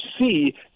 see